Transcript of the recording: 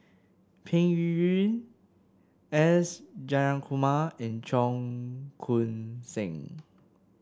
Peng Yuyun S Jayakumar and Cheong Koon Seng